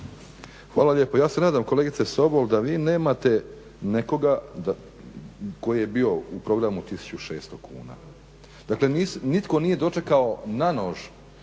Hvala lijepo. Ja se nadam kolegice Sobol da vi nemate nekoga tko je bio u programu 1600 kuna. Dakle, nitko nije dočekao na nož